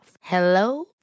Hello